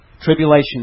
tribulation